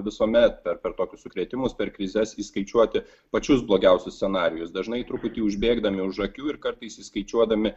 visuomet per per tokius sukrėtimus per krizes įskaičiuoti pačius blogiausius scenarijus dažnai truputį užbėgdami už akių ir kartais įskaičiuodami